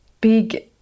big